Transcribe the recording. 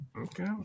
Okay